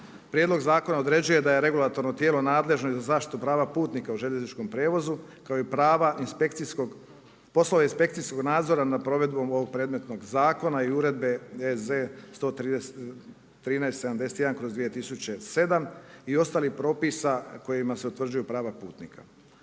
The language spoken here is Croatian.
Prijedlog zakona određuje da je regulatorno tijelo nadležno i za zaštitu prava putnika u željezničkom prijevozu kao i poslove inspekcijskog nadzora nad provedbom ovog predmetnog zakona i Uredbe EZ 1371/2007., i ostalih propisa kojima se utvrđuju prava putnika.